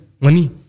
money